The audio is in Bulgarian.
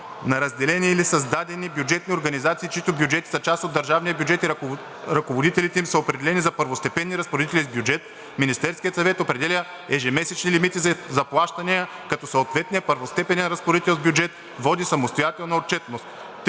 на разделени или създадени бюджетни организации, чиито бюджети са част от държавния бюджет и ръководителите им са определени за първостепенни разпоредители с бюджет, Министерският съвет определя ежемесечни лимити за плащания, като съответният първостепенен разпоредител с бюджет води самостоятелна отчетност;